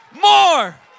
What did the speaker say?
More